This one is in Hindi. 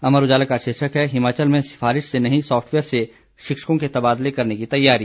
अमर उजाला का शीर्षक है हिमाचल में सिफारिश से नहीं सॉफ्टवेयर से शिक्षकों के तबादले करने की तैयारी